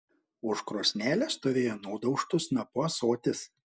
už krosnelės stovėjo nudaužtu snapu ąsotis